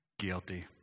guilty